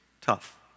tough